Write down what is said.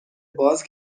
باز